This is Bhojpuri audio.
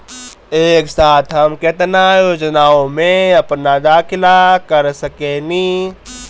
एक साथ हम केतना योजनाओ में अपना दाखिला कर सकेनी?